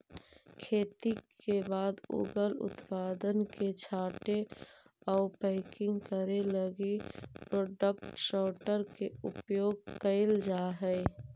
खेती के बाद उगल उत्पाद के छाँटे आउ पैकिंग करे लगी प्रोडक्ट सॉर्टर के उपयोग कैल जा हई